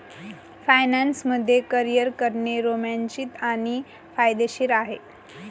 finance मध्ये career करणे रोमांचित आणि फायदेशीर आहे